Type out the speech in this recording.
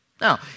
Now